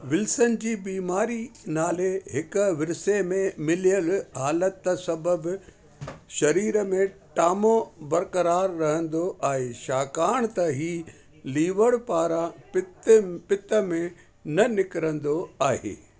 Wilson जी बीमारी नाले हिक विरसे में मिलयलु हालति सबबि शरीर में टामो बरक़रारु रहंदो आहे छाकाणि त ही लीवर पारां पित्त पित्त में न निकिरंदो आहे